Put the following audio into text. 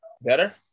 better